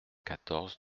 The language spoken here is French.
quatorze